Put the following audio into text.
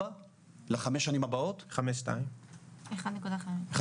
חוק הקאפ בגרסתו הנוכחית פעם ראשונה יוצר